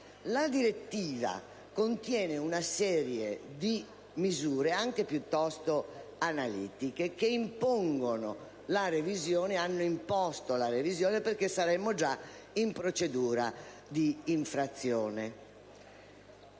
La direttiva contiene una serie di misure, anche piuttosto analitiche, che hanno imposto la revisione perché saremmo già in procedura di infrazione.